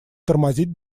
тормозить